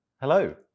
hello